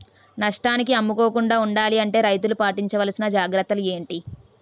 నష్టానికి అమ్ముకోకుండా ఉండాలి అంటే రైతులు పాటించవలిసిన జాగ్రత్తలు ఏంటి